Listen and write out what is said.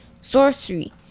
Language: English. sorcery